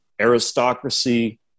aristocracy